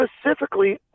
specifically